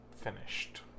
finished